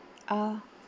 ah